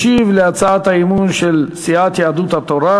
ישיב על הצעת האי-אמון של סיעת יהדות התורה,